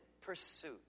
pursuit